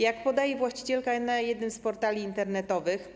Jak podaje właścicielka na jednym z portali internetowych: